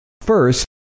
First